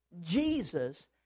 Jesus